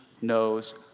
knows